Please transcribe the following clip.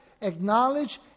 acknowledge